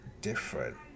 different